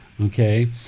okay